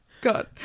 god